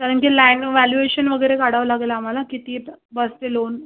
कारण की land valuation वगैरे काढावं लागेल आम्हाला किती बसते लोन